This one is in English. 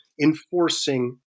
enforcing